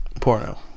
porno